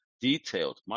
detailed